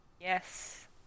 Yes